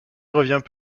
revient